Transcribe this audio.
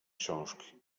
książki